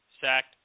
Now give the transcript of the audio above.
sacked